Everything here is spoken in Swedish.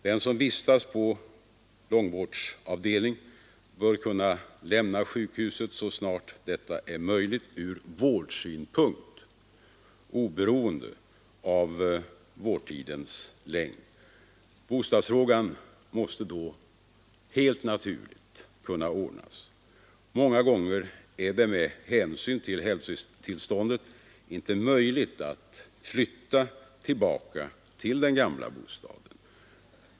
Den som vistas på långvårdsavdelning bör kunna lämna sjukhuset så snart detta är möjligt ur vårdsynpunkt, oberoende av vårdtidens längd. Bostadsfrågan måste då helt naturligt kunna ordnas. Många gånger är det med hänsyn till hälsotillståndet inte möjligt för vederbörande att flytta tillbaka till den gamla bostaden.